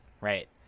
right